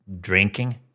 drinking